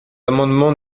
amendement